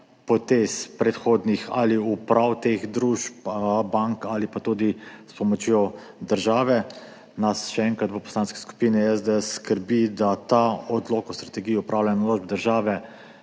potez predhodnih uprav teh družb, bank ali pa tudi s pomočjo države, nas, še enkrat, v Poslanski skupini SDS skrbi, da ta Odlok o strategiji upravljanja naložb države